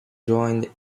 joined